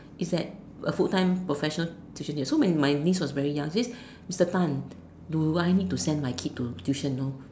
it's like a full time professional tuition so when my my niece was very young she said Mr Tan do I need to send my kids to tuition know